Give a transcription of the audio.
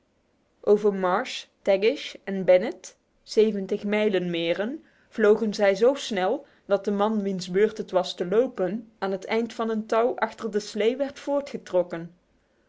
over marsh tagish en bennett zeventig mijlen meren vlogen zij zo snel dat de man wiens beurt het was te lopen aan het eind van een touw achter de slee